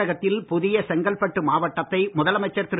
தமிழகத்தில் புதிய செங்கல்பட்டு மாவட்டத்தை முதலமைச்சர் திரு